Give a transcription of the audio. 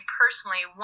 personally